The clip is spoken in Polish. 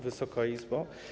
Wysoka Izbo!